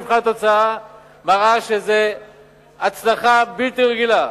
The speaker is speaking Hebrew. מבחן התוצאה מראה שזאת הצלחה בלתי רגילה.